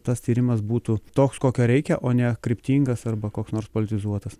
tas tyrimas būtų toks kokio reikia o ne kryptingas arba koks nors politizuotas